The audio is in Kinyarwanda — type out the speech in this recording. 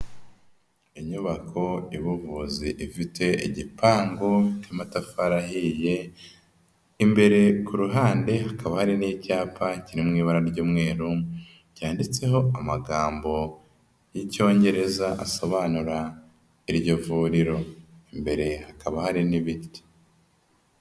Inyubako y'ubuvuzi ifite igipangu cy'amatafari ahiye, imbere ku ruhande hakaba hari n'icyapa kiri mu ibara ry'umweru cyanditseho amagambo y'Icyongereza asobanura iryo vuriro. Imbere hakaba hari n'ibiti.